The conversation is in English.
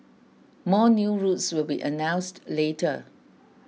more new routes will be announced later